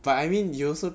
but I mean you also